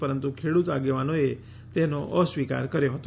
પરંતુ ખેડૂત આગેવાનોએ તેનો અસ્વીકાર કર્યો હતો